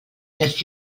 les